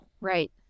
right